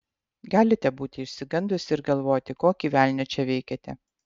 galite būti išsigandusi ir galvoti kokį velnią čia veikiate